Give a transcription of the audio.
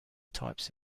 types